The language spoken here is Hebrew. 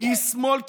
איש שמאל קיצוני,